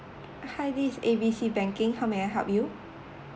uh hi this is A B C banking how may I help you